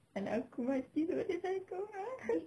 anak aku mati jadi psycho ah